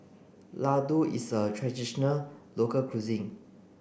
Ladoo is a traditional local cuisine